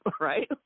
right